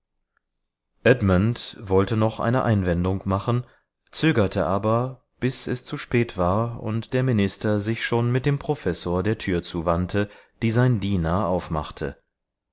edmund wollte noch eine einwendung machen zögerte aber bis es zu spät war und der minister sich schon mit dem professor der tür zuwandte die sein diener aufmachte